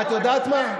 את יודעת מה?